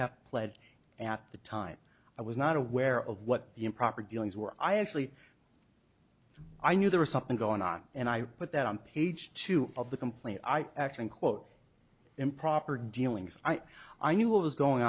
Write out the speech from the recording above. have pled and at the time i was not aware of what the improper dealings were i actually i knew there was something going on and i put that on page two of the complaint i actually quote improper dealings i i knew what was going